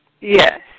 Yes